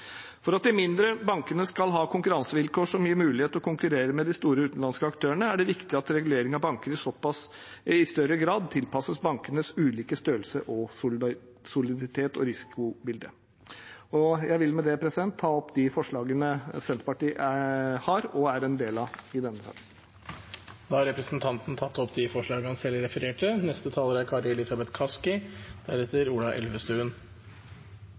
For at de mindre bankene skal ha konkurransevilkår som gir mulighet for å konkurrere med de store utenlandske aktørene, er det viktig at reguleringen av banker i større grad tilpasses bankenes ulike størrelser og soliditets- og risikobilde. Jeg vil med det ta opp forslagene Senterpartiet har alene, og dem vi har sammen med andre i denne saken. Da har representanten Ole André Myhrvold tatt opp de forslagene han refererte